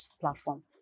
platform